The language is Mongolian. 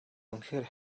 үнэхээр